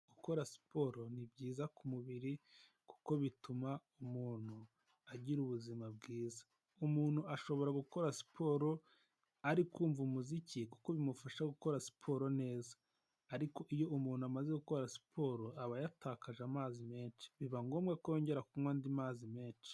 Gukora siporo ni byiza ku mubiri kuko bituma umuntu agira ubuzima bwiza, umuntu ashobora gukora siporo ari kumva umuziki, kuko bimufasha gukora siporo neza, ariko iyo umuntu amaze gukora siporo aba yatakaje amazi menshi, biba ngombwa ko yongera kunywa andi mazi menshi.